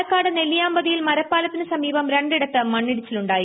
പാലക്കാട് നെല്ലിയാമ്പതിയിൽ മരപ്പാലത്തിന് സമീപഠ രണ്ടിടത്ത് മണ്ണിടിച്ചിലുണ്ടായി